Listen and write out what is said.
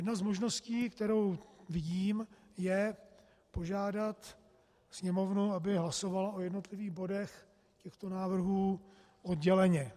Jedna z možností, kterou vidím, je požádat Sněmovnu, aby hlasovala o jednotlivých bodech těchto návrhů odděleně.